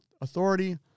Authority